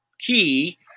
key